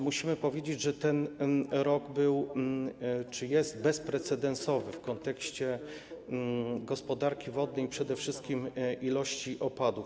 Musimy powiedzieć, że ten rok był czy jest bezprecedensowy w kontekście gospodarki wodnej, przede wszystkim ilości opadów.